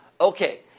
Okay